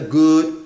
good